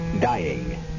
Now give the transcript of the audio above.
dying